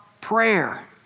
prayer